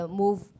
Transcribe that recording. move